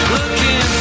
Looking